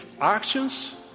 actions